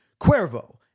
Cuervo